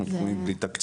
אנחנו תקועים בלי תקציב.